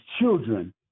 children